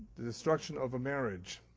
the destruction of a marriage,